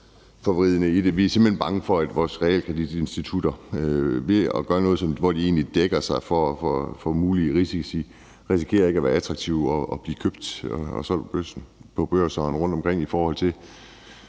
Vi er simpelt hen bange for, at vores realkreditinstitutter ved at gøre noget, hvor de egentlig dækker sig ind i forhold til mulige risici, risikerer ikke at være attraktive og blive købt på børserne rundtomkring, altså